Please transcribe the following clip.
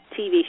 TV